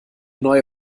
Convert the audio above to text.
neue